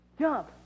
Jump